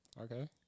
Okay